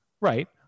Right